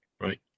right